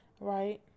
right